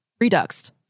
reduxed